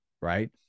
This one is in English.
right